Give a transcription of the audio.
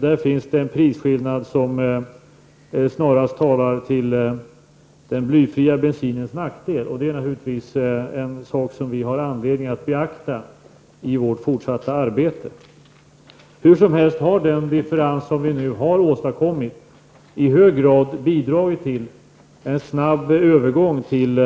Där finns en prisskillnad som snarast talar till den blyfria bensinens nackdel. Det är naturligtvis en sak som vi har anledning att beakta i vårt fortsatta arbete. Hur som helst så har den differens som vi har åstadkommit i hög grad bidragit till en snabbare övergång till